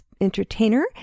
entertainer